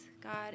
God